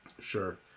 sure